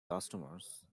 customers